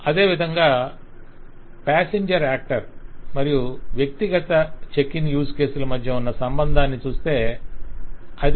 అదేవిధంగా passenger actor మరియు వ్యక్తిగత చెక్ ఇన్ యూజ్ కేస్ మధ్య ఉన్న సంబంధాన్ని చూస్తే 1